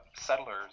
settlers